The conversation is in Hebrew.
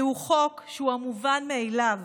זהו חוק שהוא המובן מאליו,